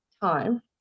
time